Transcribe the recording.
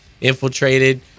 infiltrated